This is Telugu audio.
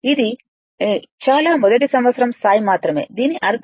ఇది చాలా మొదటి సంవత్సరం స్థాయి మాత్రమే దీని అర్థం